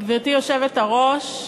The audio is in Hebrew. גברתי היושבת-ראש,